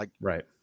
Right